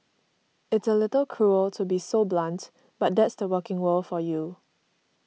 it's a little cruel to be so blunt but that's the working world for you